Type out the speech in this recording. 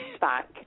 back